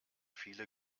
viele